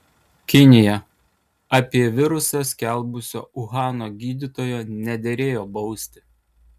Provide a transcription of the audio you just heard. kinija apie virusą skelbusio uhano gydytojo nederėjo bausti